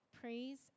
praise